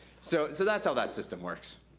so so that's how that system works.